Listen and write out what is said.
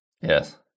Yes